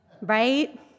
right